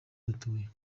dutuye